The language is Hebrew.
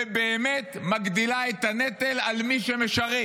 ובאמת מגדיל את הנטל על מי שמשרת.